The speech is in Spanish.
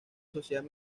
sociedad